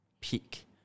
peak